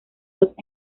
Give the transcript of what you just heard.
dos